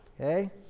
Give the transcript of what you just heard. Okay